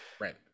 Right